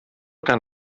gan